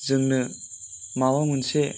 जोंनो माबा मोनसे